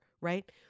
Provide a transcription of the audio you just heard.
right